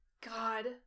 God